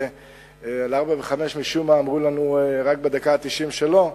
ועל 4 ו-5 משום מה אמרו לנו רק בדקה התשעים שלא,